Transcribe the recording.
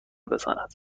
بزند